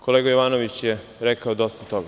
Kolega Jovanović je rekao dosta toga.